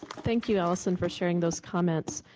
thank you, alison, for sharing those comments.